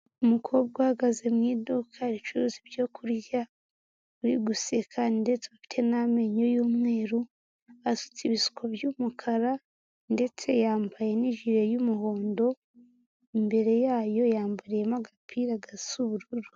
Umukobwa uhagaze mu iduka ricuruza ibyo kurya, uri guseka ndetse ufite n'amenyo y'umweru, asutse ibisuko by'umukara ndetse yambaye n'ijire y'umuhondo, imbere yayo yambariyemo agapira gasa ubururu.